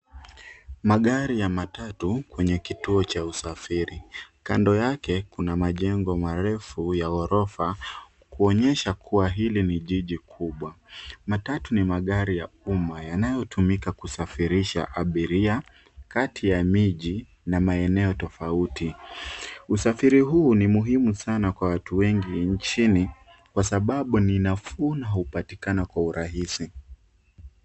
Magari ya matatu kwenye kituo cha usafiri. Kando yake kuna majengo marefu ya ghorofa kuonyesha kuwa hili ni jiji kubwa. Matatu ni magari ya uma yanayotumika kusafirisha abiria kati ya miji na maeneo tofauti. Usafiri huu ni muhimu sana kwa watu wengi nchini kwa sababu ni nafuu na hupatikana kwa urahisi.